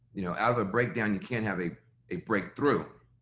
you know, out of a breakdown you can have a a breakthrough